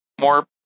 more